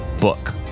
book